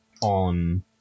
on